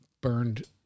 burned